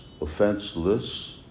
offenseless